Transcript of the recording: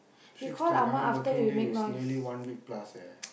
six to eleven working day is nearly one week plus eh